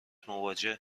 مواجه